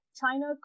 China